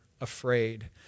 afraid